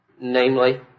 Namely